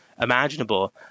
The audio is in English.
imaginable